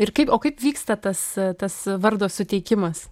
ir kaip o kaip vyksta tas tas vardo suteikimas